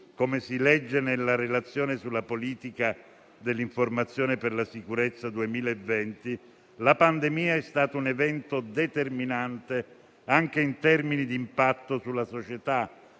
Come si legge nella relazione sulla politica dell'informazione per la sicurezza 2020, la pandemia è stato un evento determinante anche in termini di impatto sulla società,